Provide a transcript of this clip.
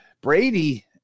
Brady